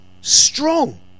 strong